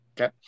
Okay